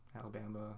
Alabama